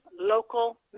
local